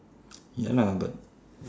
ya lah but